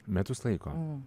metus laiko